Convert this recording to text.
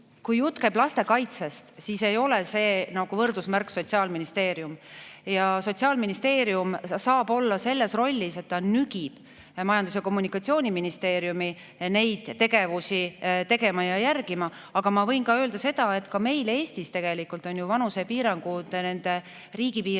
Kui jutt käib lastekaitsest, siis [ei saa panna] võrdusmärki Sotsiaalministeeriumiga. Sotsiaalministeerium saab olla selles rollis, et ta nügib Majandus- ja Kommunikatsiooniministeeriumit neid tegevusi tegema ja järgima. Aga ma võin öelda seda, et ka meil Eestis on tegelikult vanusepiirangud riigipiire